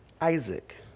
Isaac